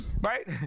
right